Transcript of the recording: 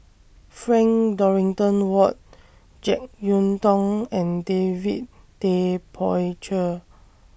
Frank Dorrington Ward Jek Yeun Thong and David Tay Poey Cher